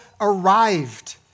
arrived